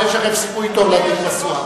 אבל יש לכם סיכוי טוב להדליק משואה.